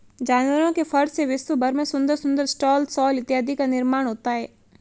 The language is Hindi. जानवरों के फर से विश्व भर में सुंदर सुंदर स्टॉल शॉल इत्यादि का निर्माण होता है